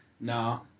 No